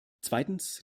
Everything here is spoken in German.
zweitens